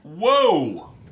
Whoa